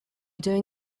doing